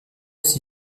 aussi